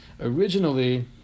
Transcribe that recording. originally